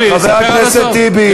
חבר הכנסת טיבי.